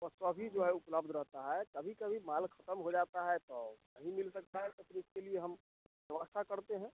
वह सभी जो है उपलब्ध रहता है कभी कभी माल ख़त्म हो जाता है तो नहीं मिल सकता है लेकिन उसके लिए हम व्यवस्था करते हैं